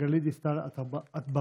גלית דיסטל אטבריאן,